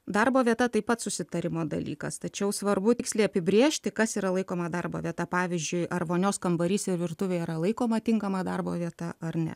darbo vieta taip pat susitarimo dalykas tačiau svarbu tiksliai apibrėžti kas yra laikoma darbo vieta pavyzdžiui ar vonios kambarys ir virtuvė yra laikoma tinkama darbo vieta ar ne